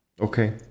Okay